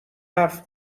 حرف